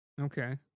Okay